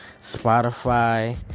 Spotify